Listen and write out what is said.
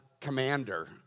commander